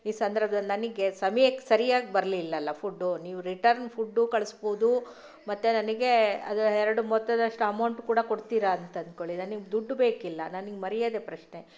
ಈ ಸಂದರ್ಭದಲ್ಲಿ ನನಗೆ ಸಮಯಕ್ಕೆ ಸರ್ಯಾಗಿ ಬರ್ಲಿಲ್ವಲ್ಲ ಫುಡ್ಡು ನೀವು ರಿಟರ್ನ್ ಫುಡ್ಡು ಕಳಿಸ್ಬೌದು ಮತ್ತು ನನಗೆ ಅದರ ಎರಡು ಮೊತ್ತದಷ್ಟು ಅಮೌಂಟ್ ಕೂಡ ಕೊಡ್ತೀರ ಅಂತಂದ್ಕೊಳ್ಳಿ ನನಗೆ ದುಡ್ಡು ಬೇಕಿಲ್ಲ ನನಗೆ ಮರ್ಯಾದೆ ಪ್ರಶ್ನೆ